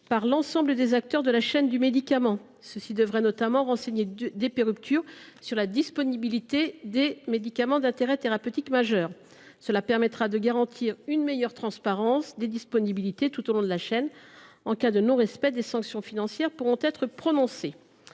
par l’ensemble des acteurs de la chaîne du médicament. Ceux ci devraient, notamment, renseigner DP Ruptures sur la disponibilité des médicaments d’intérêt thérapeutique majeur. Cela permettra de garantir une meilleure transparence des disponibilités tout au long de la chaîne. En cas de non respect, des sanctions financières pourront être prononcées.